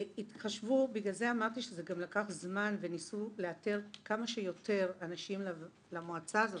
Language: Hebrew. בגלל זה אמרתי שזה גם לקח זמן וניסו לאתר כמה שיותר אנשים למועצה הזאת.